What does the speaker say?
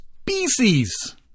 species